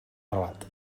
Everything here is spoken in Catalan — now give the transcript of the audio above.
relat